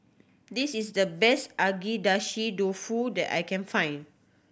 this is the best Agedashi Dofu that I can find